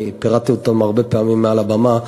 אני פירטתי אותם הרבה פעמים מעל הבמה.